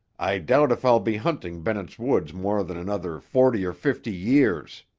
i doubt if i'll be hunting bennett's woods more than another forty or fifty years.